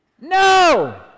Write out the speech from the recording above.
No